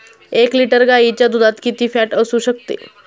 एक लिटर गाईच्या दुधात किती फॅट असू शकते?